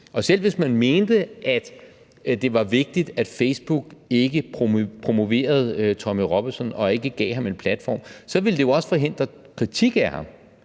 selv hvis man mente, at det var vigtigt, at Facebook ikke promoverede Tommy Robinson og ikke gav ham en platform, ville det jo også forhindre kritik af ham.